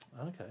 Okay